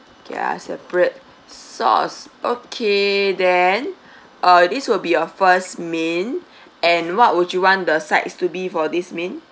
ya separate sauce okay then uh this will be a first main and what would you want the sides to be for this main